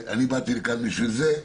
לשם כך באתי לכאן,